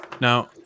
Now